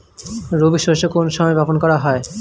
রবি শস্য কোন সময় বপন করা হয়?